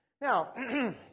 Now